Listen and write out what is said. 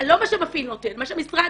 לא מה שהמפעיל נותן.